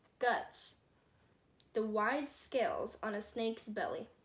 guts the wide skills on a snake's belly